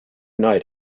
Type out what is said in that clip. night